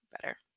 better